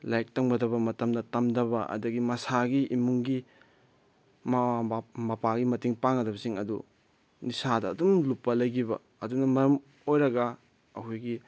ꯂꯥꯏꯔꯤꯛ ꯇꯝꯒꯗꯕ ꯃꯇꯝꯗ ꯇꯝꯗꯕ ꯑꯗꯒꯤ ꯃꯁꯥꯒꯤ ꯏꯃꯨꯡꯒꯤ ꯃꯃꯥ ꯃꯄꯥꯒꯤ ꯃꯇꯦꯡ ꯄꯥꯡꯒꯗꯕꯁꯤꯡ ꯑꯗꯨ ꯅꯤꯁꯥꯗ ꯑꯗꯨꯝ ꯂꯨꯞꯄ ꯂꯩꯈꯤꯕ ꯑꯗꯨꯅ ꯃꯔꯝ ꯑꯣꯏꯔꯒ ꯑꯩꯈꯣꯏꯒꯤ